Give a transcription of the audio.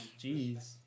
Jeez